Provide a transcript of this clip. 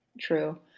True